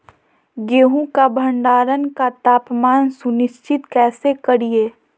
गेहूं का भंडारण का तापमान सुनिश्चित कैसे करिये?